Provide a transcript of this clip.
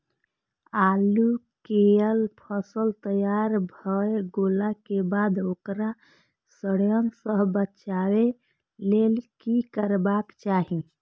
आलू केय फसल तैयार भ गेला के बाद ओकरा सड़य सं बचावय लेल की करबाक चाहि?